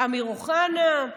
אמיר אוחנה.